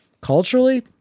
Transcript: culturally